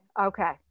Okay